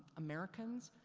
americans,